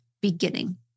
beginning